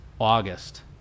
August